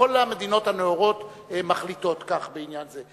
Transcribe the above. כל המדינות הנאורות מחליטות כך בעניין זה.